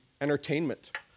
entertainment